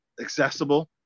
accessible